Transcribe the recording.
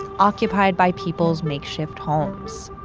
occupied by people's makeshift homes.